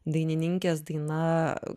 dainininkės daina